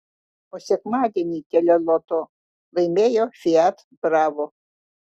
o sekmadienį teleloto laimėjo fiat bravo